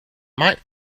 might